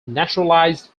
naturalized